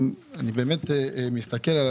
אני באמת מסתכל,